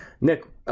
Nick